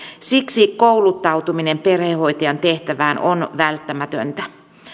siksi kouluttautuminen perhehoitajan tehtävään on välttämätöntä